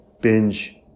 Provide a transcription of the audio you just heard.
binge